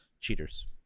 cheaters